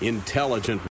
Intelligent